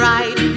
Right